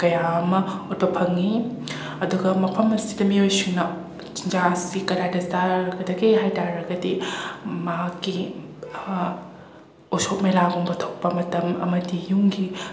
ꯀꯌꯥ ꯑꯃ ꯎꯠꯄ ꯐꯪꯉꯤ ꯑꯗꯨꯒ ꯃꯐꯝ ꯑꯁꯤꯒꯤ ꯃꯤꯑꯣꯏꯁꯤꯡꯅ ꯆꯤꯟꯖꯥꯛ ꯑꯁꯤ ꯀꯔꯥꯏꯗ ꯆꯥꯒꯗꯒꯦ ꯍꯥꯏ ꯇꯥꯔꯒꯗꯤ ꯃꯍꯥꯛꯀꯤ ꯎꯁꯣꯞ ꯃꯦꯂꯥꯒꯨꯝꯕ ꯊꯣꯛꯄ ꯃꯇꯝ ꯑꯃꯗꯤ ꯌꯨꯝꯒꯤ